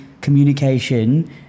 communication